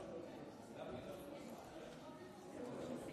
זה מפריע.